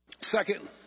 Second